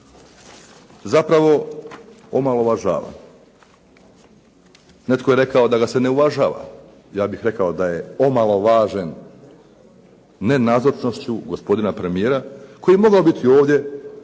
zapravo omalovažava. Netko je rekao da ga se ne uvažava. Ja bih rekao da je omalovažen nenazočnošću gospodina premijera, koji je mogao biti ovdje